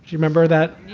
remember that?